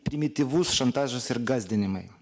primityvus šantažas ir gąsdinimai